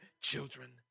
children